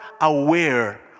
aware